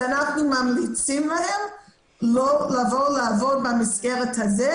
ממליצים להן לא לבוא לעבוד במסגרת הזו,